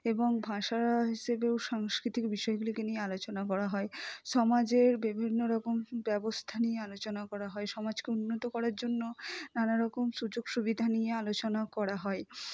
এবং ভাষা হিসেবেও সাংস্কৃতিক বিষয়গুলিকে নিয়ে আলোচনা করা হয় সমাজের বিভিন্ন রকম ব্যবস্থা নিয়ে আলোচনা করা হয় সমাজকে উন্নত করার জন্য নানারকম সুযোগসুবিধা নিয়ে আলোচনা করা হয়